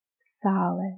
solid